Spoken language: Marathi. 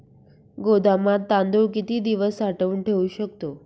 गोदामात तांदूळ किती दिवस साठवून ठेवू शकतो?